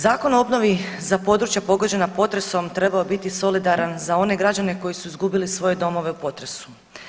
Zakon o obnovi za područja pogođena potresom trebao je biti solidaran za one građane koji su izgubili svoje domove u potresu.